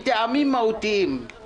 הטענה שכאילו הוא לא רלבנטי,